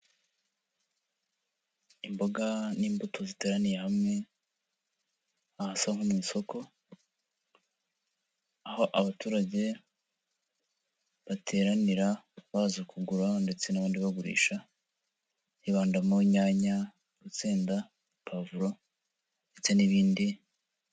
Imboga n'imbuto ziteraniye hamwe, ahasa nko mu isoko, aho abaturage bateranira baza kugura ndetse n'abandi bagurisha, bibanda mu nyanya, insenda, pavuro ndetse n'ibindi.